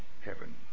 heaven